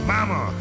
Mama